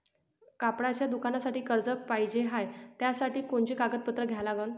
कपड्याच्या दुकानासाठी कर्ज पाहिजे हाय, त्यासाठी कोनचे कागदपत्र द्या लागन?